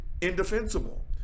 indefensible